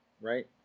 Right